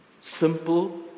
simple